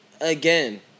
again